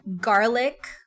garlic